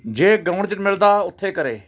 ਜੇ ਗਰਾਊਂਡ 'ਚ ਮਿਲਦਾ ਉੱਥੇ ਕਰੇ